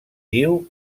diu